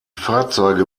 fahrzeuge